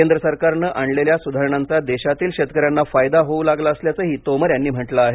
केंद्र सरकारने आणलेल्या सुधारणांचा देशातील शेतकऱ्यांना फायदा होऊ लागला असल्याचंही तोमर यांनी म्हटलं आहे